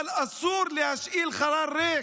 אבל אסור להשאיר חלל ריק.